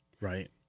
right